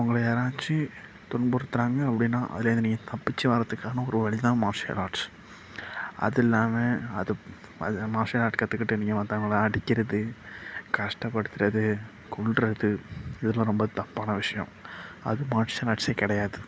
உங்களை யாராச்சு துன்புறுத்துகிறாங்க அப்படின்னா அதுலேருந்து நீங்கள் தப்பிச்சு வரதுக்கான ஒரு வழி தான் மார்ஷியல் ஆர்ட்ஸ் அது இல்லாமல் அதுப் அது மார்ஷியல் ஆர்ட் கற்றுகிட்டு நீங்கள் மத்தவங்கள அடிக்கிறது கஷ்டப்படுத்துகிறது கொல்லுறது இதெலாம் ரொம்ப தப்பான விஷயம் அது மார்ஷியல் ஆர்ட்ஸே கிடையாது